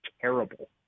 Terrible